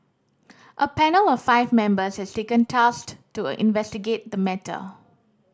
a panel of five members has tasked to investigate the matter